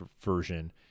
version